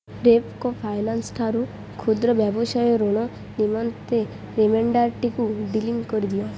Repco finance ଠାରୁ କ୍ଷୁଦ୍ର ବ୍ୟବସାୟ ଋଣ ନିମନ୍ତେ ରିମାଇଣ୍ଡର୍ଟିକୁ ଡିଲିଟ୍ କରିଦିଅ